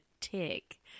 tick